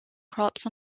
crops